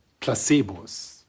placebos